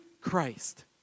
Christ